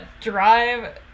drive